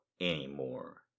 anymore